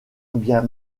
bien